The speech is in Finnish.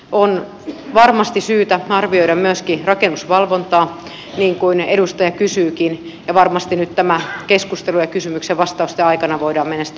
on varmasti syytä arvioida myöskin rakennusvalvontaa niin kuin edustaja kysyykin ja varmasti nyt tämän keskustelun ja kysymyksen vastausten aikana voidaan mennä sitten yksityiskohtaisempaan tietoon